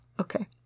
Okay